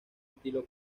estilo